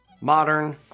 modern